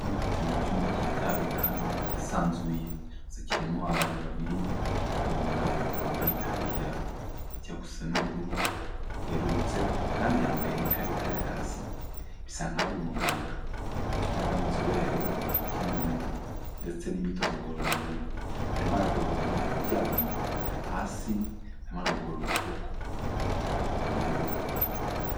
Aha ngaha turi mu cyumba cyitaruye kandi cyisanzuye gusa kirimo abantu babiri harimu umugabo wambaye itaburiyajya ijya gusa n'ubururu bwerurutse kandi yambaye n'ikarita y'akazi, bisa nk'aho ari umuganga cyangwa ari inzobereye mu bintu by'imirimo ndetse n'imyitozo ngororamubiri, arimo aragorora undi muntu uryamye hasi arimo aramugorora ukuboko n'ukuguru.